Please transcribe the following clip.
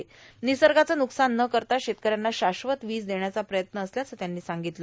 र्निसगाचं न्कसान न करता शेतकऱ्यांना शाश्वत वीज देण्याचा प्रयत्न असल्याचं त्यांनी सांगतलं